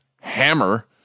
Hammer